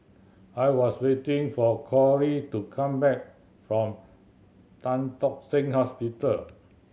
I was waiting for Cori to come back from Tan Tock Seng Hospital